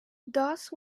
dusk